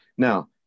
Now